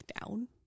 down